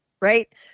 right